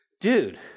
Dude